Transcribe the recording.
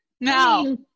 No